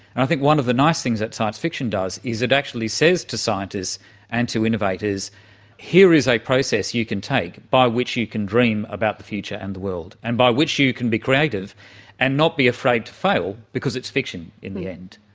and i think one of the nice things that science fiction does is it actually says to scientists and to innovators here is a process you can take by which you can dream about the future and the world, and by which you can be creative and not be afraid to fail, because it's fiction in the end.